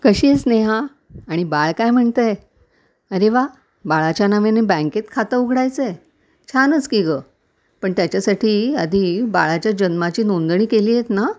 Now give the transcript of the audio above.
कशी आहेस नेहा आणि बाळ काय म्हणतं आहे अरे वा बाळाच्या नावाने बँकेत खातं उघडायचं आहे छानच की गं पण त्याच्यासाठी आधी बाळाच्या जन्माची नोंदणी केली आहेत ना